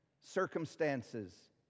circumstances